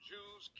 Jews